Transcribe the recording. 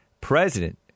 President